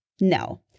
No